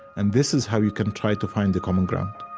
and this is how you can try to find the common ground